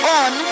on